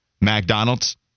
McDonald's